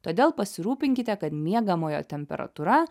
todėl pasirūpinkite kad miegamojo temperatūra